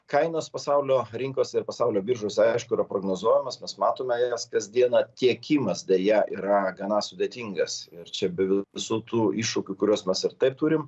kainos pasaulio rinkose ir pasaulio biržose aišku yra prognozuojamos mes matome jas kasdieną tiekimas deja yra gana sudėtingas ir čia be visų tų iššūkių kuriuos mes ir taip turim